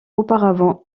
auparavant